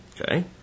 Okay